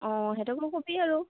অঁ সিহঁতকো কবি আৰু